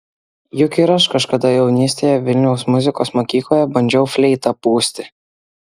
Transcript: juk ir aš kažkada jaunystėje vilniaus muzikos mokykloje bandžiau fleitą pūsti